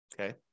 Okay